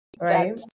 Right